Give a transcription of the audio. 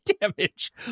damage